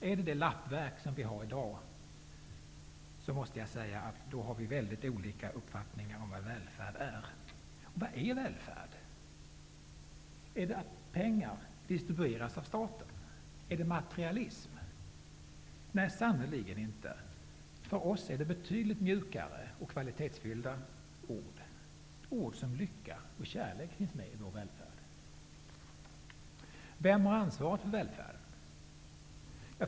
Är det lappver ket som vi har i dag, måste jag säga att vi har väl digt olika uppfattningar om vad välfärd är. Vad är välfärd? Är det att pengar distribueras av staten? Är det materialism? Nej, sannerligen inte. För oss är det betydligt mjukare och kvali tetsfyllda ord. Ord som lycka och kärlek finns med i vår välfärd. Vem har ansvaret för välfärden?